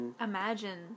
imagine